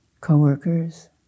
co-workers